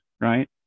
right